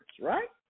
right